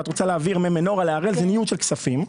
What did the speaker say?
את רוצה להעביר ממנורה להראל, זה ניוד של כספים.